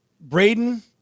Braden